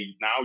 now